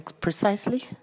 Precisely